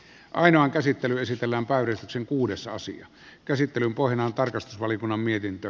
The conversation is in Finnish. ainoan käsittely esitellään parituksen kuudessa asian käsittelyn pohjana on tarkastusvaliokunnan mietintö